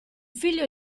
figlio